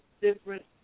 different